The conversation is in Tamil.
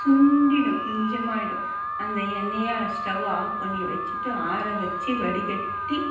சுண்டிவிடும் கொஞ்சமாயிடும் அந்த எண்ணெயை ஸ்டவ்வை ஆஃப் பண்ணி வச்சிட்டு ஆர வச்சி வடிகட்டி